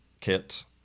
kit